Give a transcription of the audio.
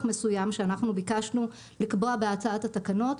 מסוים שאנחנו ביקשנו לקבוע בהצעת התקנות,